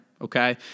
okay